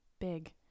big